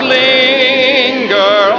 linger